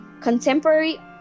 contemporary